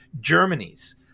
germany's